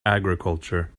agriculture